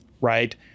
right